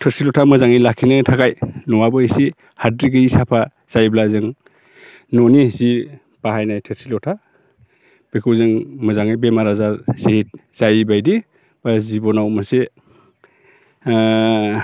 थोरसि लथा मोजाङै लाखिनो थाखाय न'आबो इसे हाद्रि गैयि साफा जायोब्ला जों न'नि जि बाहायनाय थोरसि लथा बेखौ जों मोजाङै बेमार आजार जि जायिबायदि एबा जिबनाव मोनसे